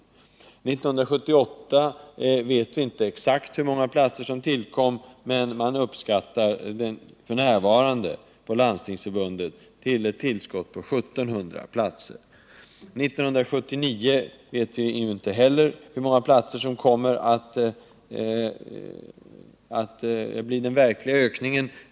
För 1978 vet vi inte exakt hur många platser som tillkom, men Landstingsförbundet uppskattar f. n. att det var ett tillskott med 1 700 platser. För 1979 vet vi inte heller hur många platser den verkliga ökningen kommer att utgöra.